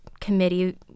Committee